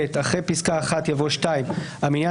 (ב)אחרי פסקה (1) יבוא: "(2)המניין